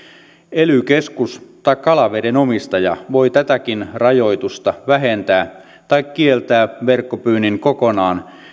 ely keskus tai kalaveden omistaja voi tätäkin rajoitusta vähentää tai kieltää verkkopyynnin kokonaan